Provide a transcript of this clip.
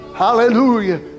Hallelujah